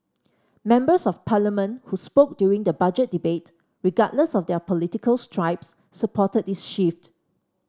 members of Parliament who spoke during the Budget Debate regardless of their political stripes supported this shift